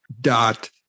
dot